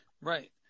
Right